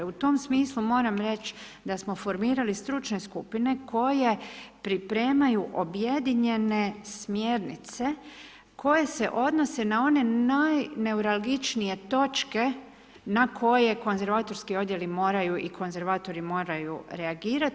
U tom smislu moram reći da smo formirali stručne skupine koje pripremaju objedinjene smjernice koje se odnose na one najneuralgičnije točke na koje konzervatorski odjeli moraju i konzervatori moraju reagirati.